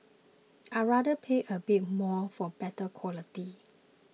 I rather pay a bit more for better quality